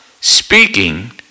speaking